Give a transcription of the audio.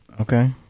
Okay